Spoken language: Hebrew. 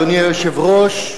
אדוני היושב-ראש,